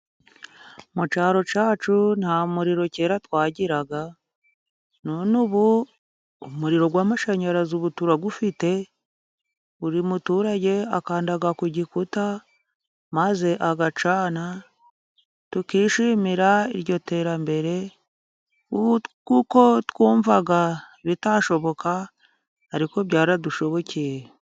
Mu cyaro cyacu nta muriro cyera twagiraga, none ubu umuriro w'amashanyarazi ubu turawufite, buri muturage akanda ku gikuta maze agacana. Tukishimira iryo terambere kuko twumvaga bitashoboka ariko byaradushobokeye.